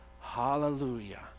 hallelujah